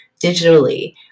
digitally